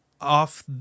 off